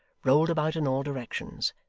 rolled about in all directions,